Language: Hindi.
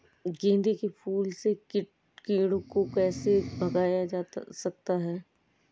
गेंदे के फूल से कीड़ों को कैसे भगाया जा सकता है?